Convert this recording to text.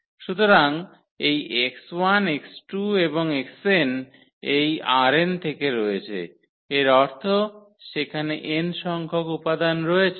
সুতরাং এই x1 x2 এবং xn এই ℝn থেকে রয়েছে এর অর্থ সেখানে n স্ংখ্যক উপাদান রয়েছে